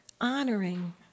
Honoring